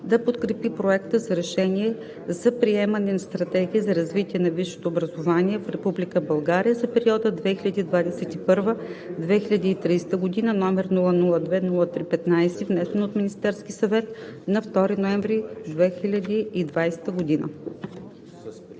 да подкрепи Проекта за решение за приемане на Стратегия за развитие на висшето образование в Република България за периода 2021 – 2030 г., № 002-03-15, внесен от Министерския съвет на 2 ноември 2020 г.“